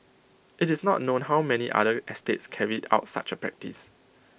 IT is not known how many other estates carried out such A practice